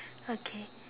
okay